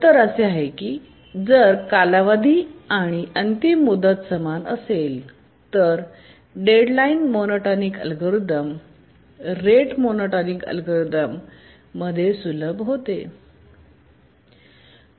उत्तर असे आहे की जर कालावधी आणि अंतिम मुदत समान असेल तर deadline monotonic algorithm rate monotonic algorithm मध्ये सुलभ होते